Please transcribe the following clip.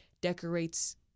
decorates